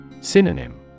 Synonym